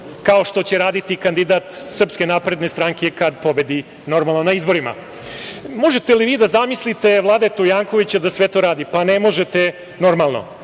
kao što će raditi kandidat Srpske napredne stranke kada pobedi, normalno, na izborima. Da li možete vi da zamislite Vladetu Jankovića da sve to radi? Ne možete, normalno.